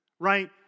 right